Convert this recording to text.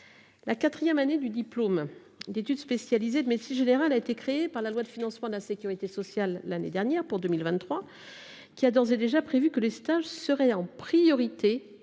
La quatrième année du diplôme d’études spécialisées (DES) de médecine générale a été créée par la loi de financement de la sécurité sociale pour 2023, qui a d’ores et déjà prévu que les stages seraient en priorité